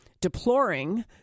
deploring